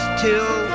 till